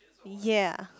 ya